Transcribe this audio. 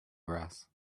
grass